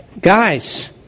Guys